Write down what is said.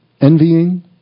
envying